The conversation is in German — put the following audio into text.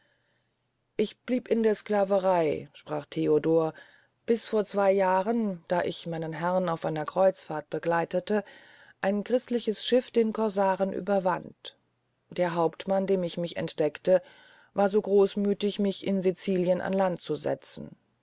ich blieb in der sclaverey sprach theodor bis vor zwey jahren da ich meinen herrn auf einer kreuzfahrt begleitete ein christliches schiff den corsaren überwand der hauptmann dem ich mich entdeckte war so großmüthig mich in sicilien an land zu setzen